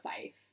safe